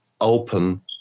open